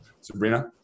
Sabrina